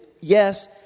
yes